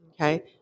Okay